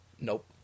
nope